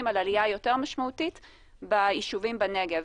על עלייה יותר משמעותית ביישובים בנגב.